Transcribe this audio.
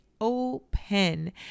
open